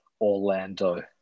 Orlando